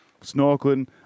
snorkeling